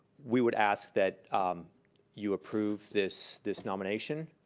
we would ask that you approve this this nomination.